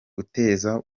guteza